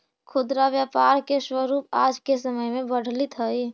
खुदरा व्यापार के स्वरूप आज के समय में बदलित हइ